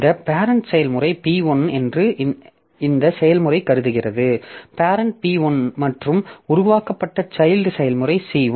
இந்த பேரெண்ட் செயல்முறை P1 என்று இந்த செயல்முறை கருதுகிறது பேரெண்ட் P1 மற்றும் உருவாக்கப்பட்ட சைல்ட் செயல்முறை C1